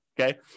okay